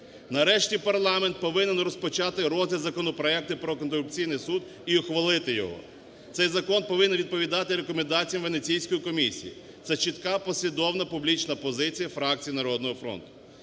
Нарешті парламент повинен розпочати розгляд законопроекту про антикорупційний суд і ухвалити його. Цей закон повинен відповідати рекомендаціям Венеціанської комісії, це чітка послідовна публічна позиція фракції "Народного фронту".